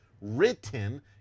written